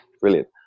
Brilliant